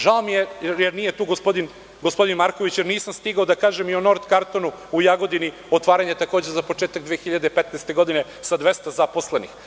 Žao mi je jer nije tu gospodin Marković, jer nisam stigao ni da kažem o „North Karton“ u Jagodini, otvaranje takođe za početak 2015. godine sa 200 zaposlenih.